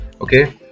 Okay